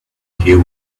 here